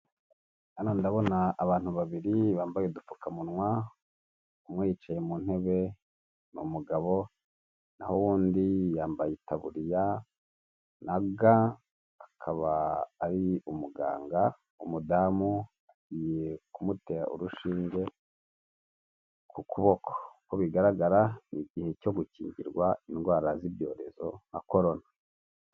Hano ndabona abantu babiri bambaye udupfukamunwa, umwe yicaye mu ntebe ni umugabo naho uwundi yambaye itaburiya na ga akaba ari umuganga umudamu agiye kumutera urushinge ku kuboko, uku bigaragara n'igihehe cyo gukingirwa indwara z'ibyorezo nka korona.